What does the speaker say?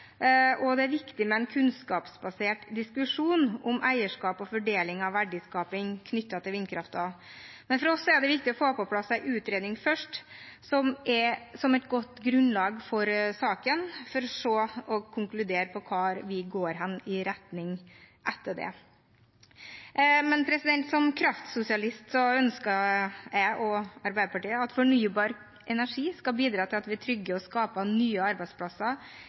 og det er viktig med en kunnskapsbasert diskusjon om eierskap og fordeling av verdiskaping knyttet til vindkraften. Men for oss er det viktig først å få på plass en utredning, som et godt grunnlag for saken, og konkludere om hvilken retning vi skal gå i, etter det. Som kraftsosialist ønsker jeg og Arbeiderpartiet at fornybar energi skal bidra til at vi trygger og skaper nye arbeidsplasser